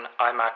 iMac